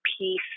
peace